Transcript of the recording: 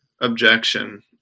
objection